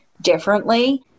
differently